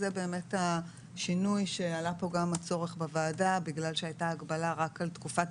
זה השינוי שעלה כאן כצורך בוועדה בגלל שהייתה הגבלה רק על תקופת